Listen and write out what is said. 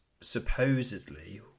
supposedly